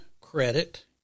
credit